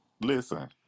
Listen